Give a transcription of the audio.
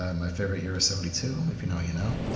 um my favourite year is seventy two. if you know you know.